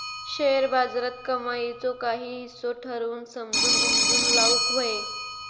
share बाजारात कमाईचो काही हिस्सो ठरवून समजून उमजून लाऊक व्हये